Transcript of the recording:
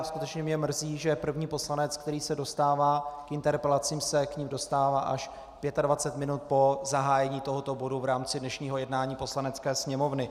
Skutečně mě mrzí, že první poslanec, který se dostává k interpelacím, se k nim dostává až 25 minut po zahájení tohoto bodu v rámci dnešního jednání Poslanecké sněmovny.